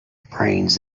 brains